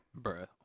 bruh